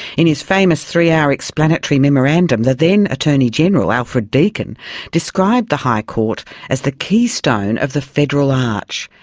in his famous three-hour explanatory memorandum, the then attorney general alfred deakin described the high court as the keystone of the federal arch,